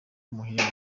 muhire